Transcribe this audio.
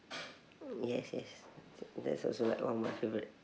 yes yes that's also like one of my favourite